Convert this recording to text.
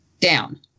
down